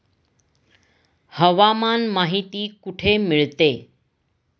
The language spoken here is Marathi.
हवामान माहिती कुठे मिळते?